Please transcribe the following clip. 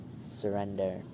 surrender